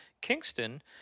Kingston